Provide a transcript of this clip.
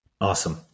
Awesome